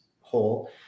whole